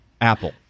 Apple